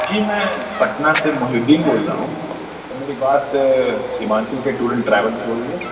جی میں پٹنہ سے محی الدین بول رہا ہوں کیا میری بات سیمانچل کے ٹور اینڈ ٹریول سے ہو رہی ہے